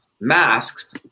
masks